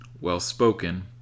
well-spoken